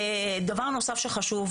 דבר נוסף שחשוב,